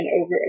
over